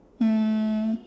um